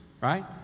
right